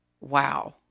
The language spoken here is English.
Wow